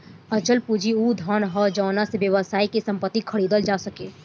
अचल पूंजी उ धन ह जावना से व्यवसाय के संपत्ति खरीदल जा सके